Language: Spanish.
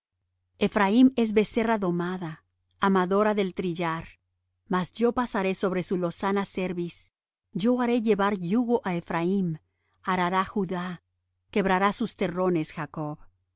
ephraim es becerra domada amadora del trillar mas yo pasaré sobre su lozana cerviz yo haré llevar yugo á ephraim arará judá quebrará sus terrones jacob